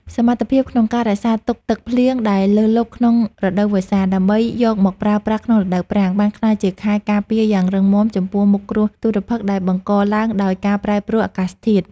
សមត្ថភាពក្នុងការរក្សាទុកទឹកភ្លៀងដែលលើសលប់ក្នុងរដូវវស្សា ដើម្បីយកមកប្រើប្រាស់ក្នុងរដូវប្រាំង បានក្លាយជាខែលការពារយ៉ាងរឹងមាំចំពោះមុខគ្រោះទុរភិក្សដែលបង្កឡើងដោយការប្រែប្រួលអាកាសធាតុ។